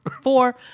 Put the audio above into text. four